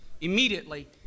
immediately